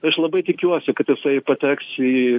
tai aš labai tikiuosi kad jisai pateks į